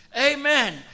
Amen